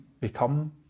become